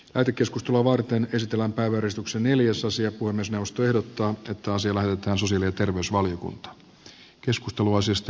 arkikeskustelua varten ystävänpäiväristuksen neljäsosia kuin myös puhemiesneuvosto ehdottaa että asia lähetetään sosiaali ja terveysvaliokuntaan